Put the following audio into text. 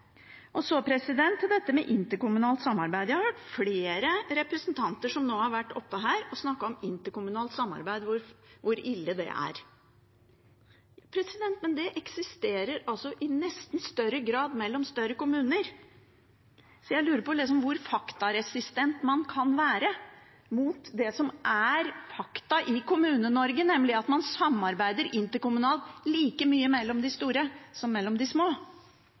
se. Så til dette med interkommunalt samarbeid. Jeg har hørt flere representanter som har vært oppe her, snakke om hvor ille interkommunalt samarbeid er. Men det eksisterer i nesten større grad mellom større kommuner. Så jeg lurer på hvor faktaresistent man kan være mot det som er fakta i Kommune-Norge, nemlig at man har like mye interkommunalt samarbeid mellom de store som mellom de små.